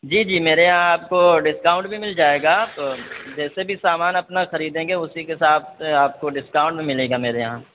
جی جی میرے یہاں آپ کو ڈسکاؤنٹ بھی مل جائے گا آپ جیسے بھی سامان اپنا خریدیں گے اسی کے ساتھ آپ کو ڈسکاؤنٹ بھی ملے گا میرے یہاں